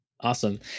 Awesome